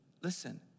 listen